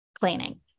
cleaning